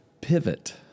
pivot